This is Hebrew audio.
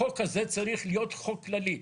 החוק הזה צריך להיות חוק כללי.